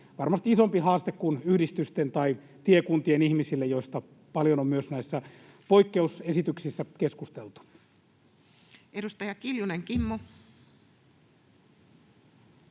varmasti isompi haaste kuin yhdistysten tai tiekuntien ihmisille, joista paljon on myös näissä poikkeusesityksissä keskusteltu. [Speech 3] Speaker: